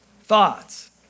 thoughts